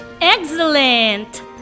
Excellent